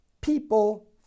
people